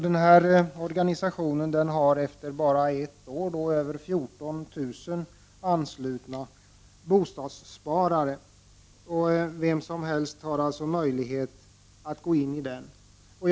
Den här organisationen har efter bara ett år över 14 000 anslutna bostadssparare, och vem som helst har möjlighet att gå in i denna organisation.